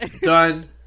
Done